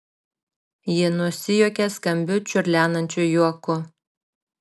ji nusijuokė skambiu čiurlenančiu juoku